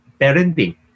parenting